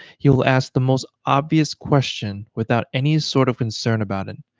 he'll ask the most obvious question without any sort of concern about it.